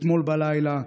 אתמול בלילה,